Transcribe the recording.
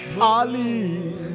Ali